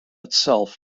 itself